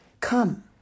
come